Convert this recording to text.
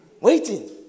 Waiting